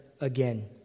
again